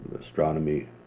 astronomy